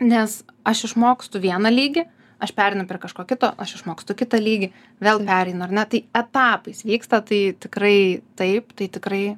nes aš išmokstu vieną lygį aš pereinu per kažko kito aš išmokstu kitą lygį vėl pereinu ar ne tai etapais vyksta tai tikrai taip tikrai